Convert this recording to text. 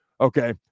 Okay